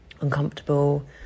uncomfortable